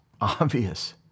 obvious